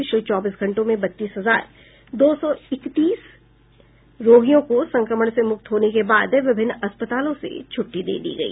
पिछले चौबीस घंटों में बत्तीस हजार दो सौ इकतीस रोगियों को संक्रमण से मुक्त होने के बाद विभिन्न अस्पतालों से छुट्टी दे दी गई